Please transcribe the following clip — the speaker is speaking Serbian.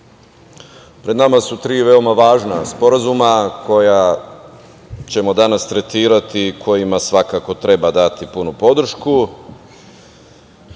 pred nama su tri veoma važna sporazuma koja ćemo danas tretirati i kojima svakako treba dati punu podršku.